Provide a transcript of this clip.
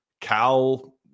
Cal